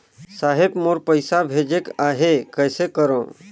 साहेब मोर पइसा भेजेक आहे, कइसे करो?